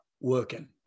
working